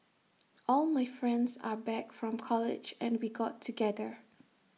all my friends are back from college and we got together